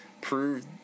prove